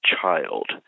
child